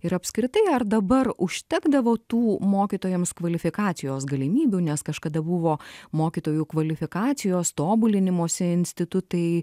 ir apskritai ar dabar užtekdavo tų mokytojams kvalifikacijos galimybių nes kažkada buvo mokytojų kvalifikacijos tobulinimosi institutai